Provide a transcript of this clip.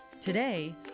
Today